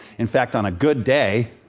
in fact, on a good day,